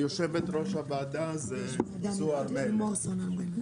יושבת ראש הוועדה היא לימור סון הר מלך.